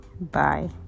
Bye